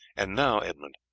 and now, edmund,